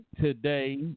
today